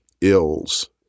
ills